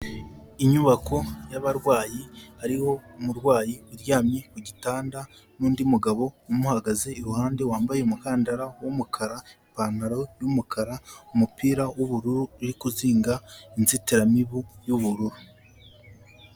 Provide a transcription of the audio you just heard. Inyubako y'abarwayi, hariho umurwayi uryamye ku gitanda n'undi mugabo umuhagaze iruhande wambaye umukandara w'umukara, ipantaro y'umukara, umupira w'ubururu, uri kuzinga inzitiramibu y'ubururu.